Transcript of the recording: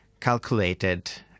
calculated